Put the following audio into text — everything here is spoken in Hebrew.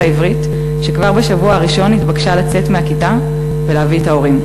העברית שכבר בשבוע הראשון התבקשה לצאת מהכיתה ולהביא את ההורים.